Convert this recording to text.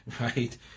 right